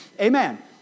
Amen